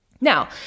Now